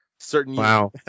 certain